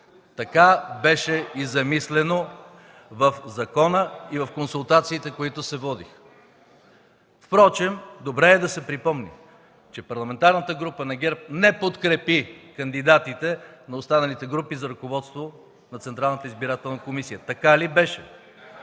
Така беше замислено и в закона, и в консултациите, които се водиха. Впрочем добре е да се припомни, че Парламентарната група на ГЕРБ не подкрепи кандидатите на останалите групи за ръководство на Централната